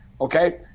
okay